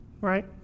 right